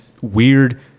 weird